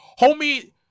homie